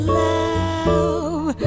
love